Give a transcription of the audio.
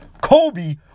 Kobe